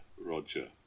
Roger